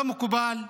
לא מקובל בכלל.